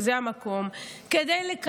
שהיא המקום לקדם את החוק.